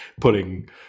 putting